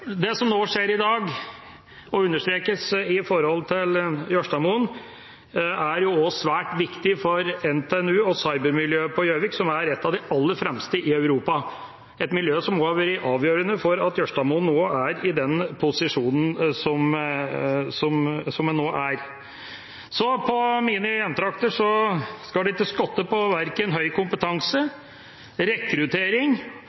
Det som skjer i dag, og understrekes i forbindelse med Jørstadmoen, er også svært viktig for NTNU og cybermiljøet på Gjøvik, som er et av de aller fremste i Europa – et miljø som også har vært avgjørende for at Jørstadmoen er i den posisjonen som den nå er. Så på mine hjemtrakter skal det ikke skorte på verken høy